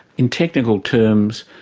in technical terms,